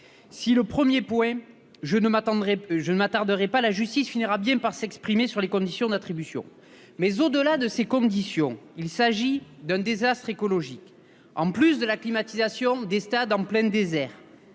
sur le premier point, la justice finira bien par s'exprimer sur les conditions d'attribution. Au-delà de ces conditions, il s'agit d'une honte écologique. En plus de la climatisation des stades en plein désert,